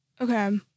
Okay